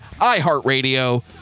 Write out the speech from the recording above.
iHeartRadio